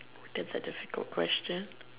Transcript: that's a difficult question